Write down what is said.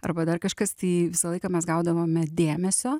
arba dar kažkas tai visą laiką mes gaudavome dėmesio